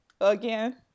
again